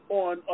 on